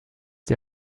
die